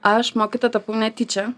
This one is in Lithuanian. aš mokytoja tapau netyčia